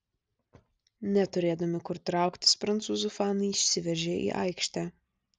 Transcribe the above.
neturėdami kur trauktis prancūzų fanai išsiveržė į aikštę